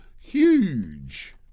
huge